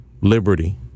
liberty